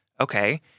okay